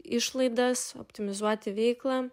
išlaidas optimizuoti veiklą